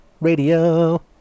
radio